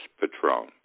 Patron